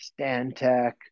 Stantec